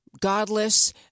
godless